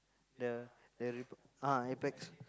the the ah apex